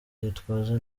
gitwaza